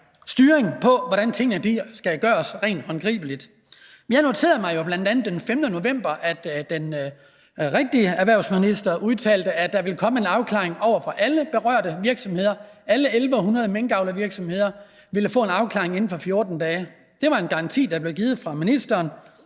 styring på, hvordan tingene skal gøres rent praktisk. Jeg noterede mig jo bl.a. den 15. november, at den rigtige erhvervsminister udtalte, at der ville komme en afklaring for alle berørte virksomheder – alle 1.100 minkavlsvirksomheder ville få en afklaring inden for 14 dage. Det var en garanti, der blev givet af ministeren,